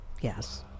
yes